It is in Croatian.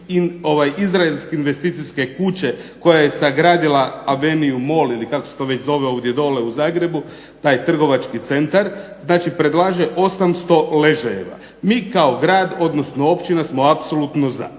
izraelske investicijske kuće koja je sagradila Avenue Mall ili kako se to već zove ovdje dole u Zagrebu, taj trgovački centar. Znači, predlaže 800 ležajeva. Mi kao grad, odnosno općina smo apsolutno za.